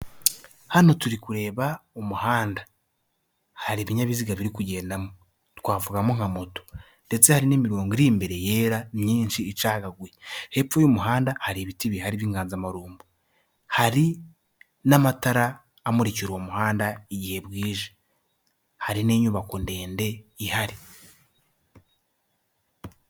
Hano turi kureba umuhanda. Hari ibinyabiziga biri kugendamo. Twavugamo nka moto ndetse hari n'imirongo iri imbere yera myinshi icagaguye. Hepfo y'umuhanda hari ibiti bihari by'inganzamarumbu. Hari n'amatara amurikira uwo muhanda igihe bwije. Hari n'inyubako ndende ihari.